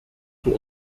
zur